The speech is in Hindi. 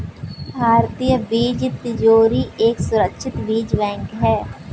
भारतीय बीज तिजोरी एक सुरक्षित बीज बैंक है